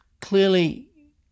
clearly